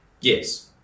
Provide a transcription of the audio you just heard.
Yes